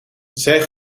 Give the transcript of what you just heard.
zij